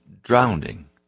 drowning